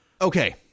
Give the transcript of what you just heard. Okay